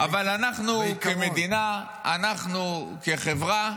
-- אבל אנחנו כמדינה, אנחנו כחברה,